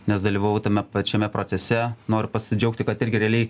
nes dalyvavau tame pačiame procese noriu pasidžiaugti kad realiai